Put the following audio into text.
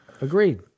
Agreed